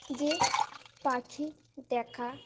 যে পাখি দেখা